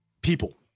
people